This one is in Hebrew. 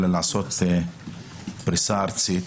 אלא לעשות פריסה ארצית.